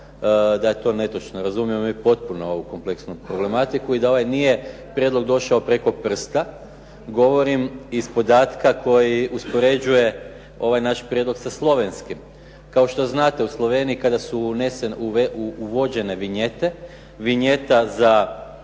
da je to netočno. Razumijemo mi potpuno ovu kompleksnu problematiku i da ovaj prijedlog nije došao preko prsta. Govorim iz podatka koji uspoređuje ovaj naš prijedlog za slovenskim. Kao što znate u Sloveniji kada su uvođene vinjete, vinjeta za